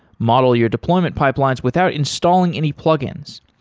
model your deployment pipelines without installing any plugins.